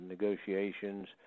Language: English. negotiations